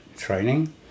training